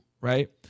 right